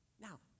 Now